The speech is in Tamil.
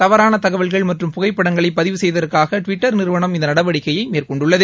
தவறான தகவல்கள் மற்றும் புகைப்ப்டங்களை பதிவு செய்ததற்காக டுவிட்டர் நிறுவனம் இந்த நடவடிக்கையை மேற்கொண்டது